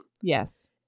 Yes